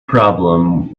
problem